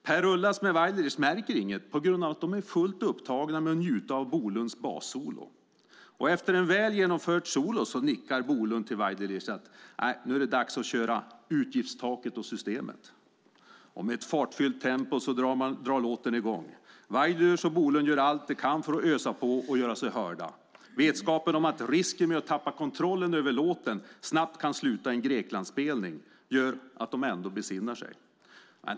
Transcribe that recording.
Per-Ullas med Waidelich märker inget på grund av att de är fullt upptagna med att njuta av Bolunds bassolo. Efter väl genomfört solo nickar Bolund till Waidelich: Nu är det dags att köra Utgiftstaket och systemet . Med ett fartfyllt tempo drar låten igång. Waidelich och Bolund gör allt de kan för att ösa på och göra sig hörda. Vetskapen om att risken med att tappa kontrollen över låten snabbt kan sluta i en Greklandsspelning gör att de ändå besinnar sig.